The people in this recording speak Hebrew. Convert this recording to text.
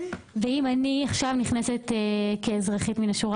ואם עכשיו אני נכנסת כאזרחית מן השורה